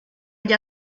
gli